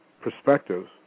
perspectives